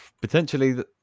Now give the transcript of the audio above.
Potentially